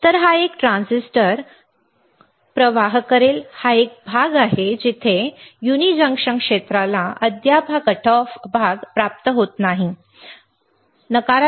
तर हा एक ट्रान्झिस्टर चालू करेल हा एक प्रदेश आहे जिथे युनि जंक्शन क्षेत्राला अद्याप हा कटऑफ प्रदेश प्राप्त होत नाही आपण येथे पाहू शकता